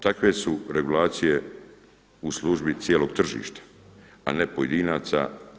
Takve su regulacije u službi cijelog tržišta, a ne pojedinaca.